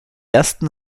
ersten